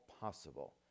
possible